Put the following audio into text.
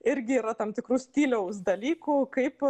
irgi yra tam tikrų stiliaus dalykų kaip